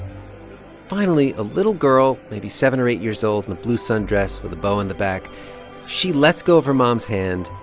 finally, a little girl, maybe seven or eight years old, with and a blue sun dress with a bow in the back she lets go of her mom's hand,